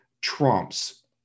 trumps